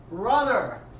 Brother